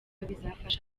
bizafasha